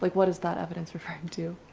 like what is that evidence referring to?